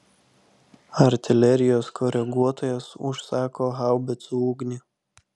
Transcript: artilerijos koreguotojas užsako haubicų ugnį